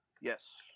yes